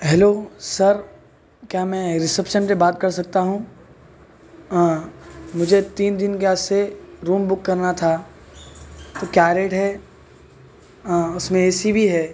hello sir کیا میں reception پہ بات کر سکتا ہوں مجھے تین دن کے واسطے روم بک کرنا تھا کیا ریٹ ہے اس میں اے سی بھی ہے